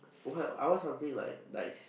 what I want something like nice